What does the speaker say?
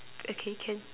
okay can